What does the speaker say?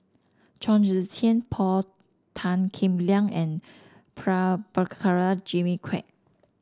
Chong Tze Chien Paul Tan Kim Liang and Prabhakara Jimmy Quek